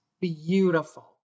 beautiful